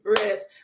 rest